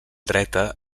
dreta